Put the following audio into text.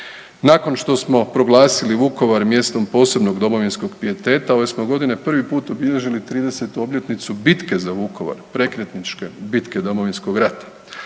Nakon što smo proglasili Vukovar mjestom posebnog domovinskog pijeteta ove godine smo prvi put obilježili 30-tu obljetnicu bitke za Vukovar, prekretničke bitke Domovinskog rata,